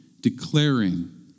declaring